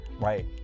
right